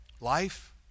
Life